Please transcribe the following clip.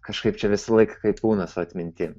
kažkaip čia visąlaik kaip būna su atmintim